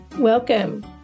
Welcome